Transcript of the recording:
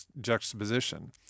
juxtaposition